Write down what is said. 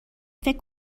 فکر